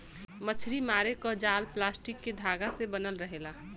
मछरी मारे क जाल प्लास्टिक के धागा से बनल रहेला